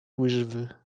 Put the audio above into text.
łyżwy